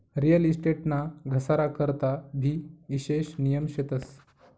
real estate ना घसारा करता भी ईशेष नियम शेतस